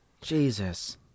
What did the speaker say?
Jesus